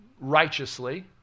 righteously